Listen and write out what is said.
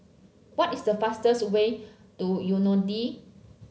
what is the fastest way to Yaounde